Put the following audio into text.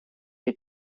die